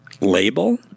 label